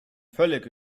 völlig